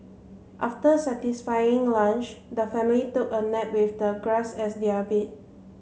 after satisfying lunch the family took a nap with the grass as their bed